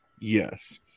Yes